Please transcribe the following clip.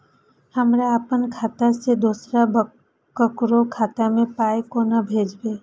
हमरा आपन खाता से दोसर ककरो खाता मे पाय कोना भेजबै?